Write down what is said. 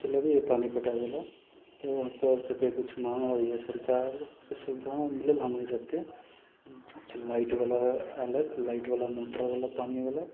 चलबैये पानि पटाबैले तऽ ओकर सभके कुछ महङ्गा होइया सरकार ओ सुविधा मिलल हमनि सभके कुछ लाइट बला आयल है लाइट बला मोटर बला पानि बला